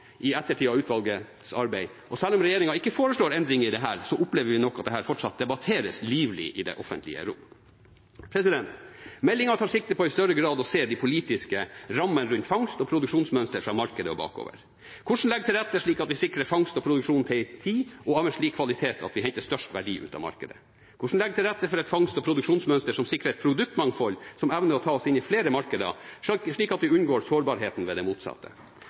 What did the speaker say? i ettertid av utvalgets arbeid, og selv om regjeringen ikke foreslår endringer i disse, opplever vi nok at dette fortsatt debatteres livlig i det offentlige rom. Meldingen tar sikte på i større grad å se de politiske rammene rundt fangst og produksjonsmønster fra markedet og bakover. Hvordan legge til rette slik at vi sikrer fangst og produksjon til en tid, og av en slik kvalitet at vi henter størst verdi ut av markedet? Hvordan legge til rette for et fangst- og produksjonsmønster som sikrer et produktmangfold som evner å ta oss inn i flere markeder, slik at vi unngår sårbarheten ved det motsatte?